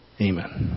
Amen